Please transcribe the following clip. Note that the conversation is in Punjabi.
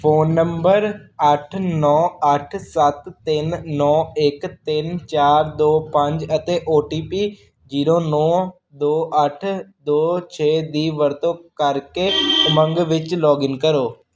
ਫ਼ੋਨ ਨੰਬਰ ਅੱਠ ਨੌ ਅੱਠ ਸੱਤ ਤਿੰਨ ਨੌ ਇੱਕ ਤਿੰਨ ਚਾਰ ਦੋ ਪੰਜ ਅਤੇ ਓ ਟੀ ਪੀ ਜੀਰੋ ਨੌ ਦੋ ਅੱਠ ਦੋ ਛੇ ਦੀ ਵਰਤੋਂ ਕਰਕੇ ਉਮੰਗ ਵਿੱਚ ਲੌਗਇਨ ਕਰੋ